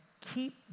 keep